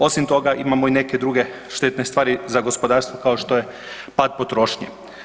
Osim toga, imamo i neke druge štetne stvari za gospodarstvo kao što je pad potrošnje.